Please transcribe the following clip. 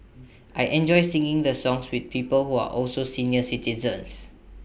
I enjoy singing the songs with people who are also senior citizens